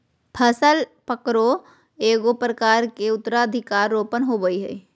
फसल पकरो एगो प्रकार के उत्तराधिकार रोपण होबय हइ